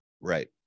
Right